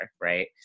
right